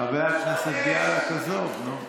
חבר הכנסת בליאק, עזוב, נו.